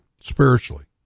spiritually